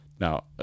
now